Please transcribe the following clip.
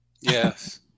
yes